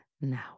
now